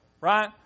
right